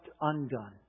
undone